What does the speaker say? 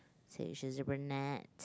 so she's a brunette